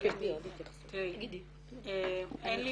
אני לא